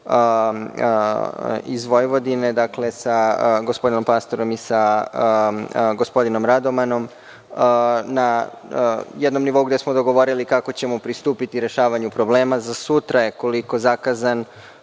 iz Vojvodine, sa gospodinom Pastorom i sa gospodinom Radomanom na jednom nivou gde smo dogovorili kako ćemo pristupiti rešavanju problema. Za sutra je zakazan